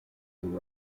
and